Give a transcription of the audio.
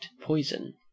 poison